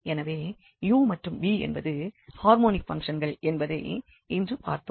எனவே u மற்றும் v என்பது ஹார்மோனிக் பங்க்ஷன்கள் என்பதை இன்று பார்த்தோம்